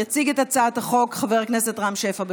יציג את הצעת החוק חבר כנסת רם שפע.